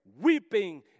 weeping